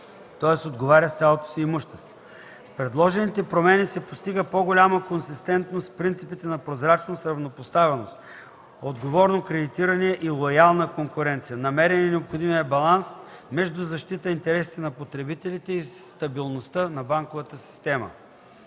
тоест отговаря с цялото си имущество. С предложените промени се постига по-голяма консистентност с принципите на прозрачност, равнопоставеност, отговорно кредитиране и лоялна конкуренция. Намерен е необходимият баланс между защита интересите на потребителите и стабилността на банковата система.